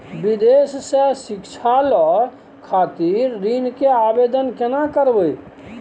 विदेश से शिक्षा लय खातिर ऋण के आवदेन केना करबे?